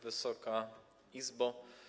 Wysoka Izbo!